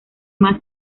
más